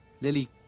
Lily